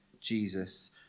Jesus